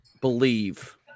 believe